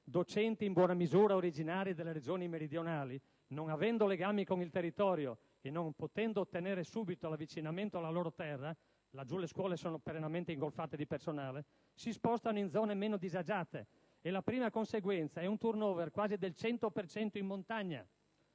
docenti in buona misura originari delle Regioni meridionali, non avendo legami con il territorio e non potendo ottenere subito l'avvicinamento alla loro terra (laggiù le scuole sono perennemente ingolfate di personale), si spostano in zone meno disagiate. E la prima conseguenza è un *turnover* quasi del 100 per cento in montagna.